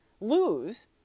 lose